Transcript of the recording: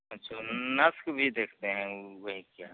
अच्छा उन नस के भी देखते हैं वह वे क्या